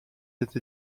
cette